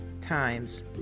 times